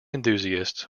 enthusiasts